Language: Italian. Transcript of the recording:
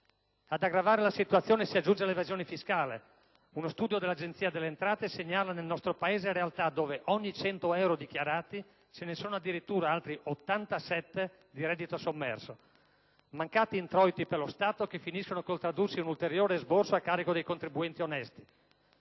Ad aggravare la situazione si aggiunge l'evasione fiscale. Uno studio dell'Agenzia delle entrate segnala nel nostro Paese realtà dove, ogni 100 euro dichiarati, ce ne sono addirittura altri 87 di reddito sommerso. Mancati introiti per lo Stato, che finiscono col tradursi in un ulteriore esborso a carico dei contribuenti onesti.